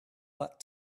that